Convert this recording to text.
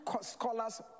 scholars